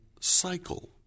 cycle